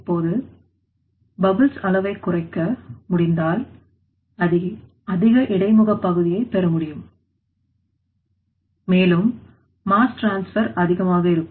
இப்போது பப்பிள் அளவை குறைக்க முடிந்தால் அதிக இடைமுக பகுதியை பெற முடியும் மேலும் மாஸ் டிரான்ஸ்பர்அதிகமாக இருக்கும்